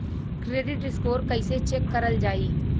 Credit score कइसे check करल जायी?